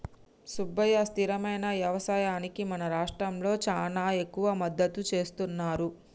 సుబ్బయ్య స్థిరమైన యవసాయానికి మన రాష్ట్రంలో చానా ఎక్కువ మద్దతు సేస్తున్నారు